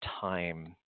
time